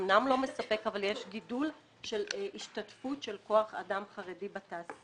אמנם לא מספק אבל יש גידול של השתתפות של כוח אדם חרדי בתעשייה.